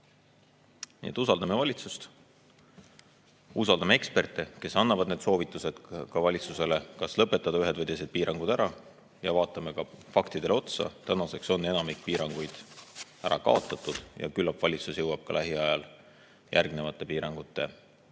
et usaldame valitsust, usaldame eksperte, kes annavad valitsusele soovitused, kas lõpetada ühed või teised piirangud ära, ja vaatame ka faktidele otsa. Tänaseks on ju enamik piiranguid ära kaotatud ja küllap valitsus jõuab lähiajal järgnevate piirangute